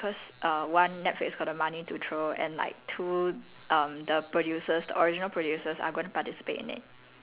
so ya then everyone quite hype for this new version on netflix because uh one netflix got the money to throw and like two